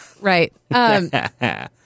Right